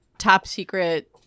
top-secret